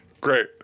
Great